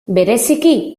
bereziki